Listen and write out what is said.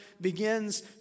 begins